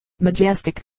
Majestic